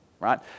Right